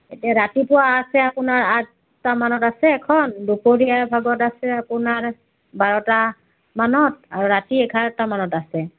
এতিয়া ৰাতিপুৱা আছে আপোনাৰ আঠটামানত আছে এখন দুপৰীয়াৰ ভাগত আছে আপোনাৰ বাৰটামানত আৰু ৰাতি এঘাৰটামানত আছে